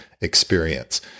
experience